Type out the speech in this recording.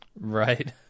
right